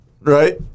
right